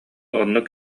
оннук